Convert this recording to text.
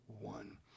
one